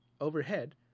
Overhead